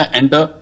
enter